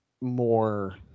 more